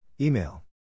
Email